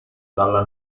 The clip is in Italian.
dalla